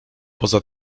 poza